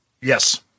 Yes